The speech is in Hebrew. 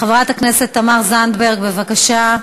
חברת הכנסת תמר זנדברג, בבקשה.